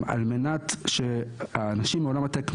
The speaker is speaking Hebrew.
על מנת שהאנשים מעולם הטק,